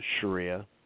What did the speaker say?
Sharia